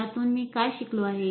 यातून मी काय शिकलो आहे